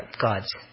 gods